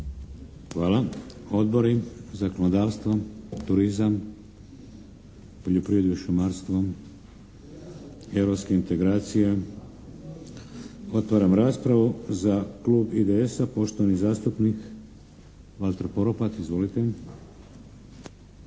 Hvala. Za klub IDS-a, poštovani zastupnik Valter Poropat. Izvolite!